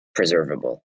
preservable